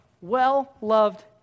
well-loved